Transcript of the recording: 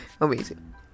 Amazing